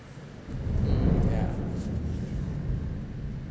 mm yeah